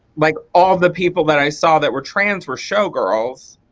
like all the people that i saw that were trans were show girls.